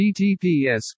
https